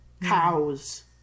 cows